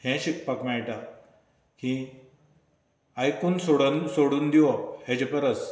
हें शिकपाक मेळटा की आयकून सोडन सोडून दिवप हेजे परस